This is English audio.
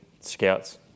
scouts